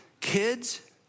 kids